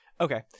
Okay